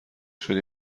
شدی